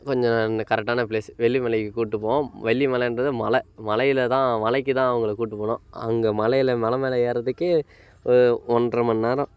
கொஞ்சம் கரெக்டான ப்ளேஸு வெள்ளி மலைக்கு கூப்பிட்டு போவோம் வெள்ளி மலைன்றது மலை மலையில் தான் மலைக்கு தான் அவங்கள கூப்பிட்டு போனோம் அங்கே மலையில் மலை மேலே ஏறுகிறதுக்கே ஒன்றரை மணி நேரம்